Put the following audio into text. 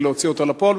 להוציא אותה לפועל,